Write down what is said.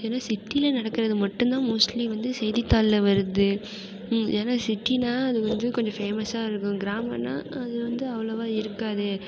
ஏன்னா சிட்டியில நடக்கிறது மட்டும் தான் மோஸ்ட்லி வந்து செய்தித்தாளில் வருது ஏன்னா சிட்டின்னா அது வந்து கொஞ்சம் ஃபேமஸாக இருக்கும் கிராமோன்னா அது வந்து அவ்வளோவா இருக்காது